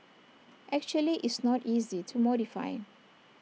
actually it's not easy to modify